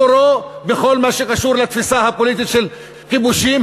מקורו בכל מה שקשור לתפיסה הפוליטית של כיבושים,